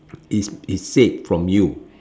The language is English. is is said from you